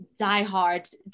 diehard